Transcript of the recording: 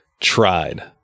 tried